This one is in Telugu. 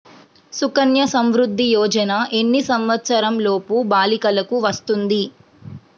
సుకన్య సంవృధ్ది యోజన ఎన్ని సంవత్సరంలోపు బాలికలకు వస్తుంది?